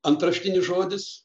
antraštinis žodis